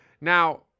now